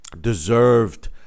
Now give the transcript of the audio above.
deserved